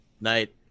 Night